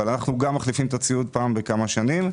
אנחנו גם מחליפים את הציוד פעם בכמה שנים.